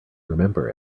remember